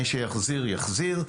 מי שיחזיר, יחזיר.